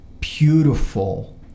beautiful